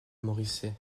moricet